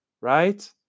right